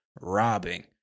robbing